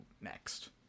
next